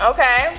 Okay